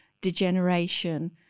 degeneration